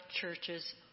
churches